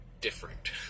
different